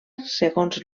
segons